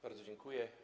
Bardzo dziękuję.